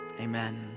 Amen